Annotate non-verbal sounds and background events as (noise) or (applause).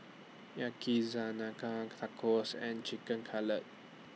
(unintelligible) Tacos and Chicken Cutlet